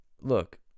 Look